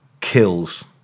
kills